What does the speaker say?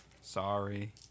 Sorry